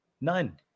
None